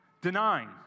denying